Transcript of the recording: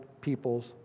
people's